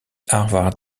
harvard